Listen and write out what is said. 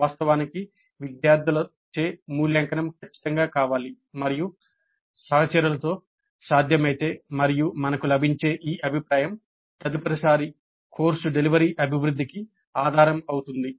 వాస్తవానికి విద్యార్థులచే మూల్యాంకనం ఖచ్చితంగా కావాలి మరియు సహచరులతో సాధ్యమైతే మరియు మనకు లభించే ఈ అభిప్రాయం తదుపరిసారి కోర్సు డెలివరీ అభివృద్ధికి ఆధారం అవుతుంది